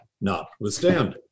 notwithstanding